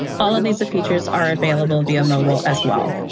all of these features are available via mobile as well.